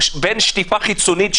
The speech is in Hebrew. בין שטיפה חיצונית,